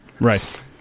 Right